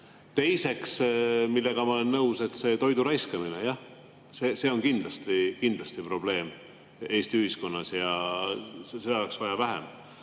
Teiseks, millega ma olen nõus, on toidu raiskamine. Jah, see on kindlasti probleem Eesti ühiskonnas. Seda oleks vaja